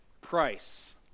price